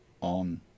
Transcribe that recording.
on